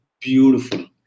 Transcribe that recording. beautiful